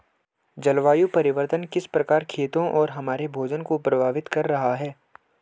जलवायु परिवर्तन किस प्रकार खेतों और हमारे भोजन को प्रभावित कर रहा है?